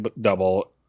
double